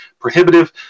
prohibitive